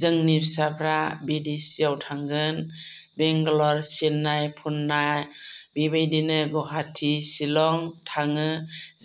जोंनि फिसाफोरा बिदेशआव थांगोन बेंगलर चेन्नाइ पुने बेबायदिनो गुवाहाटी शिलं थाङो